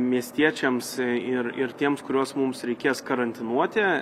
miestiečiams ir ir tiems kuriuos mums reikės karantinuoti